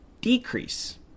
decrease